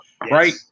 right